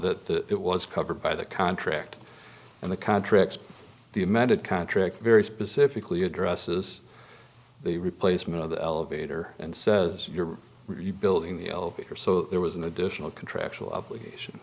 that it was covered by the contract and the contract the amended contract very specifically addresses the replacement of the elevator and says you're building the elevator so there was an additional contractual obligation